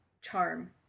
charm